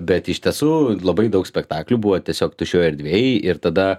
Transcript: bet iš tiesų labai daug spektaklių buvo tiesiog tuščioj erdvėj ir tada